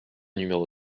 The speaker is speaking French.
numéro